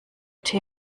tee